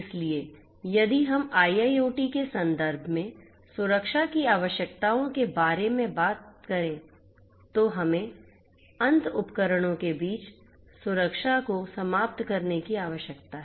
इसलिए यदि हम IIoT के संदर्भ में सुरक्षा की आवश्यकताओं के बारे में बात कर रहे हैं तो हमें अंत उपकरणों के बीच सुरक्षा को समाप्त करने की आवश्यकता है